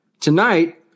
Tonight